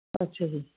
ਅੱਛਾ ਜੀ